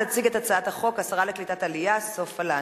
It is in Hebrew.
תציג את הצעת החוק השרה לקליטת עלייה סופה לנדבר.